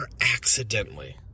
accidentally